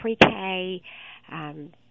pre-K